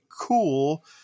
cool